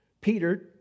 Peter